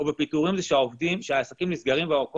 או בפיטורים של העובדים שהעסקים נסגרים וכל